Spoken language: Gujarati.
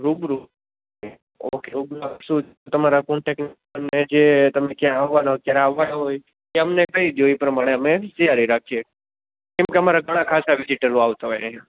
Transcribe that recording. રૂબરૂ ઓકે ઓકે શું તમારા કોન્ટેક્ટ અને જે તમે ક્યાં આવવાના હોય ક્યારે આવવાના હોય એ અમને કહી દો એ પ્રમાણે અમે તૈયારી રાખીએ કેમકે અમારા ઘણા ખાસા વિઝિટરો આવતા હોય અહીંયા